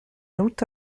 ruth